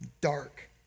dark